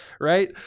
right